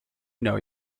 know